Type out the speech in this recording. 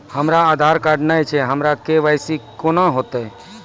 हमरा आधार कार्ड नई छै हमर के.वाई.सी कोना हैत?